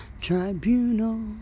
tribunal